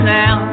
now